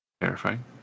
terrifying